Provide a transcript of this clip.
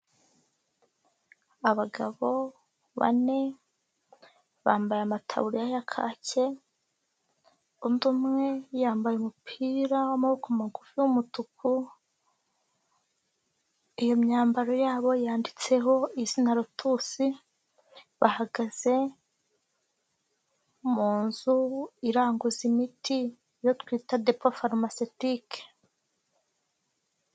Abagabo bane bambaye amataburiya ya kake, undi umwe yambaye umupira w'amaboko magufi w'umutuku, iyo myambaro yabo yanditseho izina rutusi, bahagaze mu nzu iranguza imiti iyo twita depforomasitike